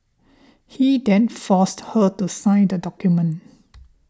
he then forced her to sign the document